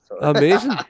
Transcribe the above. Amazing